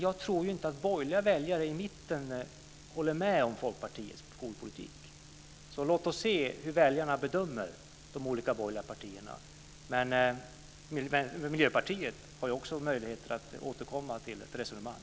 Jag tror inte heller att borgerliga väljare i mitten håller med om Folkpartiets skolpolitik. Låt oss därför se hur väljarna bedömer de olika borgerliga partierna. Även Miljöpartiet har möjligheter att senare återkomma till ett resonemang.